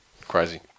crazy